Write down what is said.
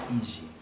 easy